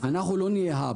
אנחנו לא נהיה האג.